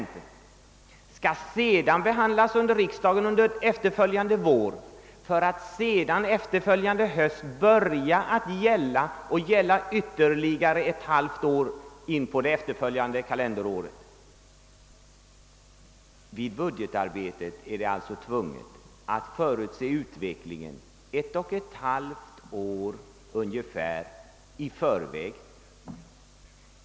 Statsverkspropositionen behandlas sedan i riksdagen nästföljande vår, och den nya budgeten börjar därefter att gälla från halvårsskiftet och skall sedan gälla även för halva nästa kalenderår. Vid budgetarbetet är man alltså tvungen att förutse konjunkturutvecklingen ungefär ett och ett halvt år i förväg.